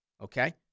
okay